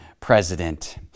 president